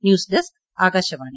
news desk Akashvani